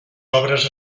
obres